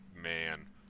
man